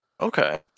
Okay